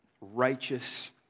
righteous